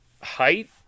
height